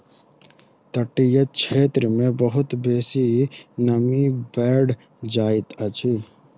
तटीय क्षेत्र मे बहुत बेसी नमी बैढ़ जाइत अछि